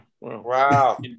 Wow